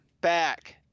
back